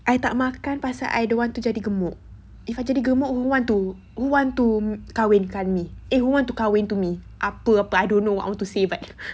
tak makan pasal I don't want to jadi gemuk if I jadi gemuk who want to who want to kahwin kan eh who want to me apa but I don't know I want to say but